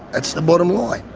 that's the bottom line.